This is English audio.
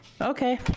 okay